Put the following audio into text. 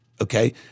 Okay